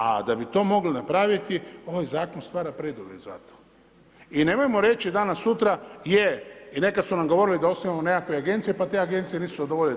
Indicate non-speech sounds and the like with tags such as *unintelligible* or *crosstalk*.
A da bi to mogli napraviti, ovaj Zakon stvara preduvjet za to i nemojmo reći danas-sutra, je, i nekad su nam govorili da osnujemo nekakve agencije, pa te agencije nisu ... *unintelligible* posao.